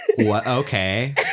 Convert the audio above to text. okay